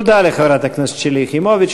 תודה לחברת הכנסת שלי יחימוביץ.